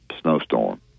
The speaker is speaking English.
snowstorm